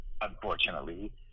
unfortunately